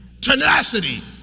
tenacity